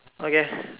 okay